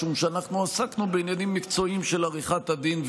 משום שאנחנו עסקנו בעניינים מקצועיים של עריכת הדין.